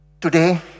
today